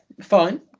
fine